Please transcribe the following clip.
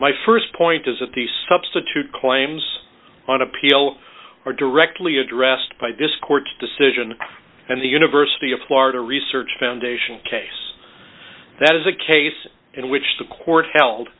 my st point is that the substitute claims on appeal are directly addressed by this court's decision and the university of florida research foundation case that is a case in which the court